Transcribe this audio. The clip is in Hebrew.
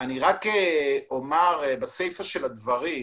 רק אומר בסיפה של הדברים,